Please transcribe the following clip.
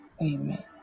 amen